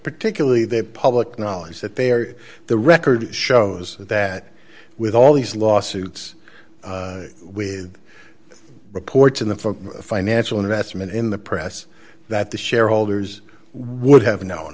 particularly the public knowledge that they are the record shows that with all these lawsuits with reports in the phone financial investment in the press that the shareholders would have known